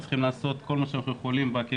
וצריכים לעשות כל מה שאנחנו יכולים בכלים